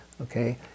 Okay